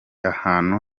ahantu